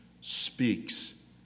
speaks